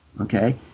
okay